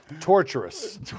torturous